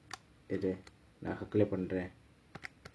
இரு நான்:iru naan apply பண்ணறேன்:pannaraen